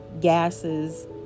gases